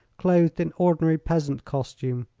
clothed in ordinary peasant costume,